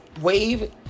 wave